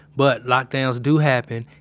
but lockdowns do happen,